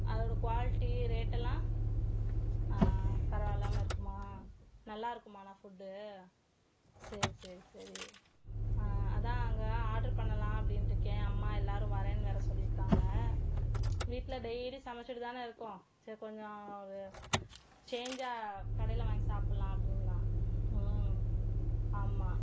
அதோடய குவாலிட்டி ரேட்டெல்லாம் ஆ பரவாயில்லாமல் இருக்குமா நல்லா இருக்குமாண்ணா ஃபுட்டு சரி சரி சரி ஆ அதுதான் அங்கே ஆட்ரு பண்ணலாம் அப்படின்ருக்கேன் அம்மா எல்லோரும் வரேன் வேறு சொல்லியிருக்காங்க வீட்டில் டெயிலி சமைச்சுட்டு தானே இருக்கோம் சரி கொஞ்சம் ஒரு சேஞ்சாக கடையில் வாங்கி சாப்பிட்லாம் அப்படின்தான் ம் ஆமாம்